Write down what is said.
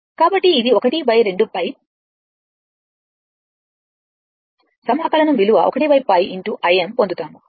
కాబట్టి ఇది 1 2π సమాకలనం విలువ 1π Im పొందుతాము